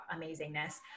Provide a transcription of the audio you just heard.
amazingness